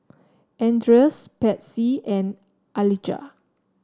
Andres Patsy and Alijah